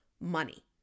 money